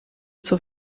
zur